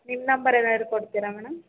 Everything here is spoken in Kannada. ನಿಮ್ಮ ನಂಬರ್ ಏನಾದ್ರು ಕೊಡ್ತೀರಾ ಮೇಡಮ್